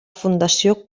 fundació